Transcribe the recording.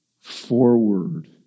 forward